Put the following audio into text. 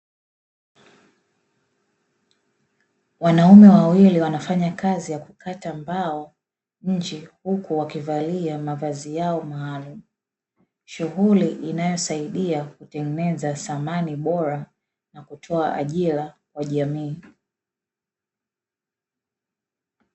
Wanaume wawili wanafanya kazi ya kukata mbao nje, huku wakivalia mavazi yao maalumu. Shughuli inayosaidia kutengeneza samani bora na kutoa ajira kwa jamii.